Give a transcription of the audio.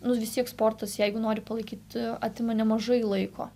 nu vis tiek sportas jeigu nori palaikyt atima nemažai laiko